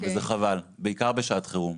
וזה חבל, בעיקר בשעת חירום.